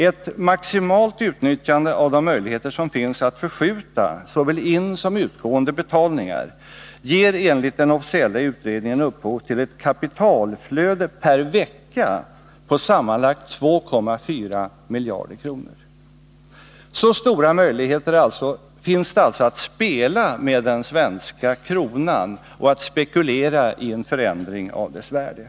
Ett maximalt utnyttjande av de möjligheter som finns att genomföra förskjutningar av såväl insom utgående betalningar ger enligt den officiella utredningen upphov till ett kapitalflöde per vecka på sammanlagt 2,4 miljarder kronor. Så stora möjligheter finns det alltså att spela med den svenska kronan och att spekulera med förändringar i dess värde.